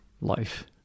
life